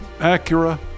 Acura